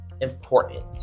important